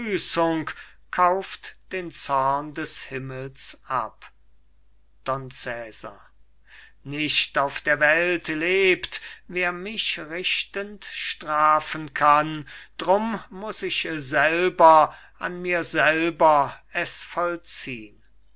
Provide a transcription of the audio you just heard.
kauft den zorn des himmels ab don cesar nicht auf der welt lebt wer mich richten strafen kann drum muß ich selber an mir selber es vollziehn